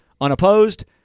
unopposed